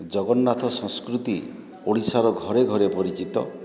ଜଗନ୍ନାଥ ସଂସ୍କୃତି ଓଡ଼ିଶାର ଘରେ ଘରେ ପରିଚିତ